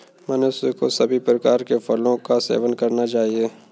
मनुष्य को सभी प्रकार के फलों का सेवन करना चाहिए